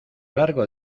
largo